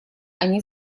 они